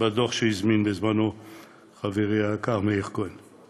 בדוח שהזמין בזמנו חברי היקר מאיר כהן.